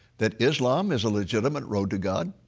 that islam is a legitimate road to god?